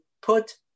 put